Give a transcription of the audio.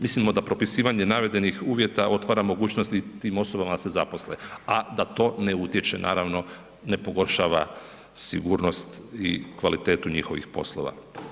Mislimo da propisivanje navedenih uvjeta otvara mogućnosti tim osobama da se zaposle, a da to ne utječe naravno ne pogoršava sigurnost i kvalitetu njihovih poslova.